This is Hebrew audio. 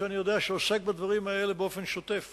שאני יודע שהוא עוסק בדברים האלה באופן שוטף.